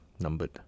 numbered